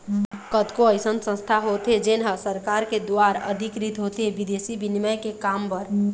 कतको अइसन संस्था होथे जेन ह सरकार के दुवार अधिकृत होथे बिदेसी बिनिमय के काम बर